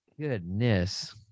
Goodness